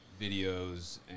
videos